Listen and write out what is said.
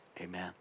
Amen